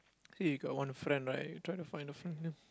see you got one friend right trying to find a friend there